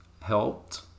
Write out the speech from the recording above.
helped